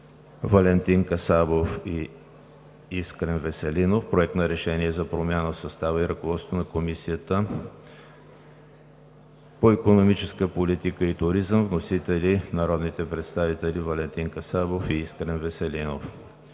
Валентин Касабов и Искрен Веселинов. Проект на решение за промяна в състава и ръководството на Комисията по икономическа политика и туризъм. Вносители са народните представители Валентин Касабов и Искрен Веселинов.